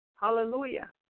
Hallelujah